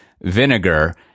vinegar